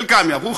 חלקם יעברו,